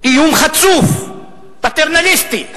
איום חצוף, פטרנליסטי,